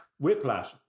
Whiplash